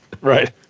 Right